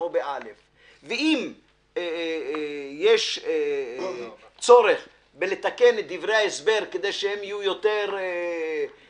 אם יש צורך לתקן את דברי ההסבר כדי שיהיו יותר מוברגים